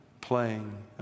playing